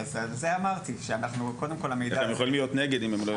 הם גם יכולים להיות נגד.